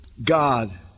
God